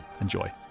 Enjoy